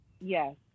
yes